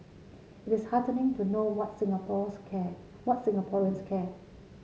it is heartening to know what Singapore's care what Singaporeans care